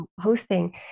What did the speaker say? hosting